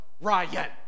Ryan